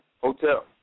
Hotel